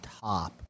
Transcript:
top